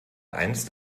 einst